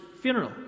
funeral